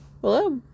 hello